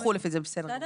לחול לפי זה, בסדר.